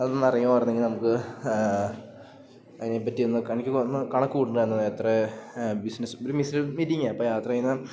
അത് ഒന്ന് അറിയുമായിരുന്നെങ്കിൽ നമുക്ക് അതിനെ പറ്റി ഒന്ന് നിക്ക് ഒന്ന് കണക്ക് കൂട്ടാനാണ് എത്ര ബിസിനസ് ഒരു മിസ്നസ് മീറ്റിങ അപ്പം യാത്ര ചെയ്യുന്ന